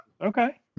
Okay